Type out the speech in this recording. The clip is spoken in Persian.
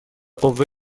قوه